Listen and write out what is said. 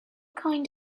kind